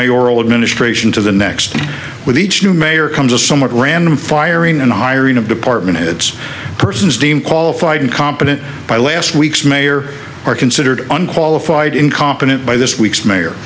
may oral administration to the next with each new mayor comes a somewhat random firing and hiring of department it's persons deemed qualified and competent by last week's mayor are considered unqualified incompetent by this week's mayor